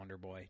Wonderboy